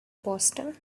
boston